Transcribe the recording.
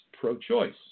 pro-choice